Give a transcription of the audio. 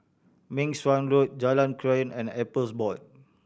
Meng Suan Road Jalan Krian and Appeals Board